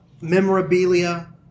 memorabilia